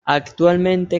actualmente